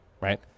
right